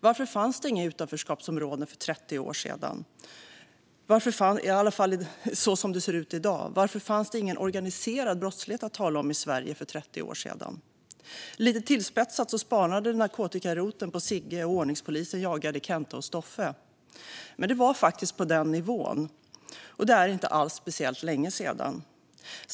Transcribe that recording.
Varför fanns det för 30 år sedan inga utanförskapsområden av det slag vi ser i Sverige i dag? Varför fanns det ingen organiserad brottslighet att tala om i Sverige för 30 år sedan? Lite tillspetsat spanade narkotikaroteln då på Sigge, och ordningspolisen jagade Kenta och Stoffe. Det var faktiskt på den nivån, och det är inte alls speciellt länge sedan.